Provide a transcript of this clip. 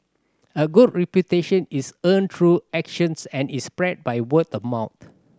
a good reputation is earned through actions and is spread by word of mouth